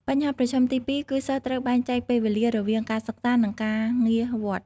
បញ្ហាប្រឈមទី២ គឺសិស្សត្រូវបែងចែកពេលវេលារវាងការសិក្សា និងការងារវត្ត។